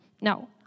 No